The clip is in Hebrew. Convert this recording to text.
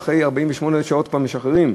ואחרי 48 שעות כבר משחררים.